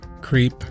creep